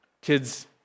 kids